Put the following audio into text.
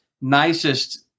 nicest